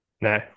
No